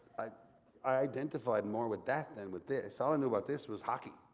i i identified more with that than with this, all i knew about this was hockey.